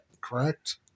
correct